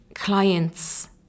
clients